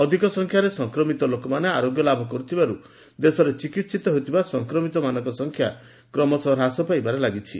ଅଧିକସଂଖ୍ୟାରେ ସଂକ୍ରମିତ ଲୋକମାନେ ଆରୋଗ୍ୟଲାଭ କର୍ରଥିବାର୍ ଦେଶରେ ଚିକିିିତ ହେଉଥିବା ସଂକ୍ରମିତମାନଙ୍କ ସଂଖ୍ୟା କ୍ରମଶଃ ହ୍ରାସ ପାଇବାରେ ଲାଗିଛି